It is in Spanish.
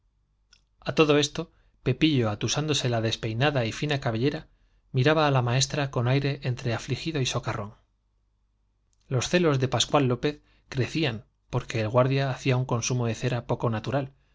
a todo esto pepillo aire entre afli fina cabellera miraba á la maestra con socarrón gido y lb crecían porque el los celos de pascual lópez hacía un consumo de cera poco natural